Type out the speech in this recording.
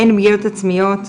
אין פגיעות עצמיות,